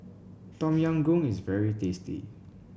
Tom Yam Goong is very tasty